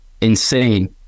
insane